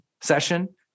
session